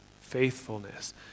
faithfulness